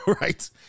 right